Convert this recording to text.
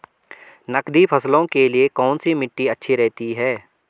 नकदी फसलों के लिए कौन सी मिट्टी अच्छी रहती है?